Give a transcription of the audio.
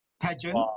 Pageant